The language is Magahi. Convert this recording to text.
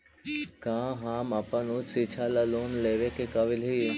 का हम अपन उच्च शिक्षा ला लोन लेवे के काबिल ही?